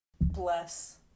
Bless